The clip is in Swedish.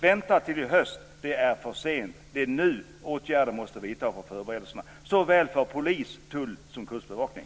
"Vänta till i höst", sades det. Då är det för sent. Det är nu vi måste vidta åtgärder för förberedelserna, såväl för polis, tull som för kustbevakning.